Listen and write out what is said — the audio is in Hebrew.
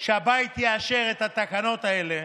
שהבית יאשר את התקנות האלה,